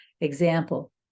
example